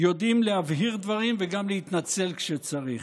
יודעים להבהיר דברים וגם להתנצל כשצריך.